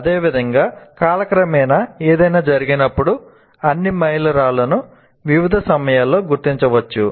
అదేవిధంగా కాలక్రమేణా ఏదైనా జరిగినప్పుడు అన్ని మైలురాళ్లను వివిధ సమయాల్లో గుర్తించవచ్చు